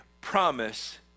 promise